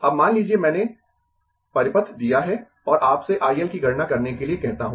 अब मान लीजिए मैंने परिपथ दिया है और आपसे I L की गणना करने के लिए कहता हूं